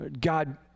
God